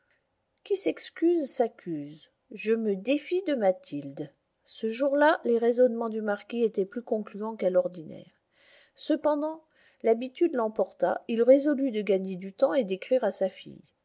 qui s'excuse s'accuse je me défie de mathilde ce jour-là les raisonnements du marquis étaient plus concluants qu'à l'ordinaire cependant l'habitude l'emporta il résolut de gagner du temps et d'écrire à sa fille